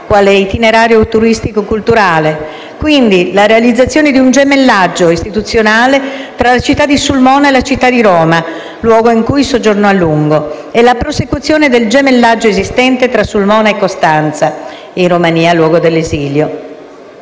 quale itinerario turistico-culturale; *e)* realizzazione di un gemellaggio istituzionale tra la città di Sulmona e la città di Roma, luogo in cui soggiornò a lungo, e prosecuzione del gemellaggio esistente tra la città di Sulmona e la città di Costanza, in Romania, luogo del suo esilio;